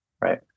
right